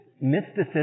mysticism